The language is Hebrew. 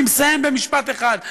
אני מסיים במשפט אחד.